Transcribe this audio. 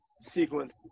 sequence